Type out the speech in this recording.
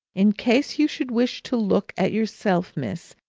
in case you should wish to look at yourself, miss,